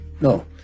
no